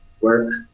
work